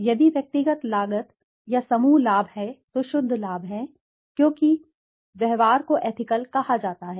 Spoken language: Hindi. यदि व्यक्तिगत लागत या समूह लाभ हैं तो शुद्ध लाभ हैं क्योंकि और व्यवहार को एथिकल कहा जाता है